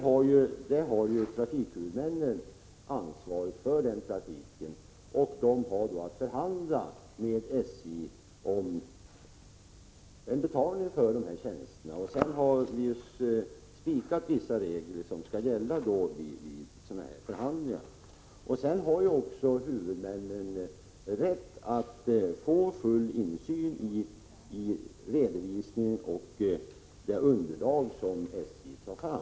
Trafikhuvudmännen har ansvaret för den trafiken, och de har då att förhandla med SJ om betalning för dessa tjänster. Vi har fastställt vissa regler som skall gälla vid dessa förhandlingar. Huvudmännen har också rätt att få full insyn i redovisningen och tillgång till det underlag som SJ tar fram.